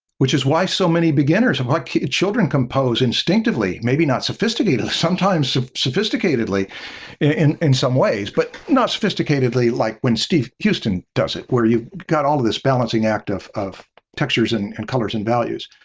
which is why so many beginners like children compose instinctively, maybe not sophisticated, sometimes sophisticatedly in in some ways, but not sophisticatedly like when steve houston does it where you've got all this balancing act of of textures and and colors and values.